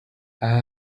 aha